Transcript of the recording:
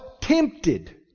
tempted